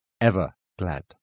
ever-glad